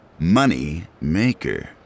Moneymaker